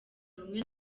rumwe